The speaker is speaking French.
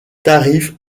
tarifs